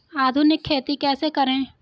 आधुनिक खेती कैसे करें?